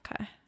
Okay